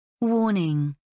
Warning